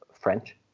French